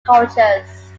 cultures